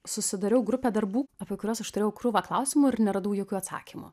susidariau grupę darbų apie kuriuos aš turėjau krūvą klausimų ir neradau jokių atsakymų